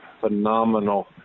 Phenomenal